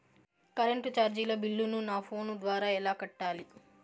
Current చార్జీల బిల్లును, నా ఫోను ద్వారా ఎలా కట్టాలి?